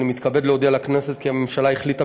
אני מתכבד להודיע לכנסת כי הממשלה החליטה,